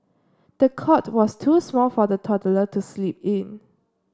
the cot was too small for the toddler to sleep in